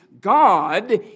God